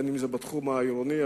בתחום העירוני,